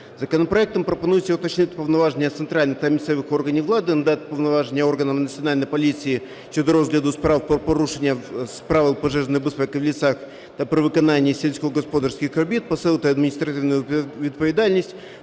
Законопроектом пропонується уточнити повноваження центральних та місцевих органів влади, надати повноваження органам Національної поліції щодо розгляду справ про порушення правил пожежної безпеки в лісах та при виконанні сільськогосподарських робіт, посилити адміністративну відповідальність,